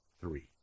three